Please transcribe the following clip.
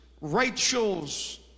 Rachel's